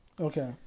Okay